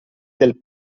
del